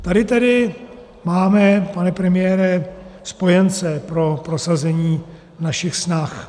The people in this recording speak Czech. Tady tedy máme, pane premiére, spojence pro prosazení našich snah.